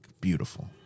Beautiful